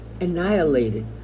annihilated